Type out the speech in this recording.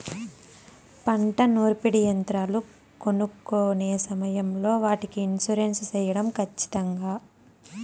పంట నూర్పిడి యంత్రాలు కొనుక్కొనే సమయం లో వాటికి ఇన్సూరెన్సు సేయడం ఖచ్చితంగా?